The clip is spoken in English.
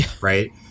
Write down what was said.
right